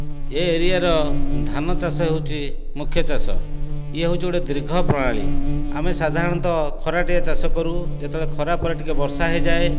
ଏ ଏରିଆର ଧାନଚାଷ ହେଉଛି ମୁଖ୍ୟ ଚାଷ ଇଏ ହେଉଛି ଗୋଟେ ଦୀର୍ଘ ପ୍ରଣାଳୀ ଆମେ ସାଧାରଣତଃ ଖରାଟିଆ ଚାଷ କରୁ ଯେତେବେଳ ଖରା ପରେ ଟିକେ ବର୍ଷା ହେଇଯାଏ